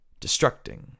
Destructing